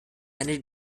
eine